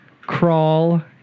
Crawl